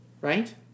Right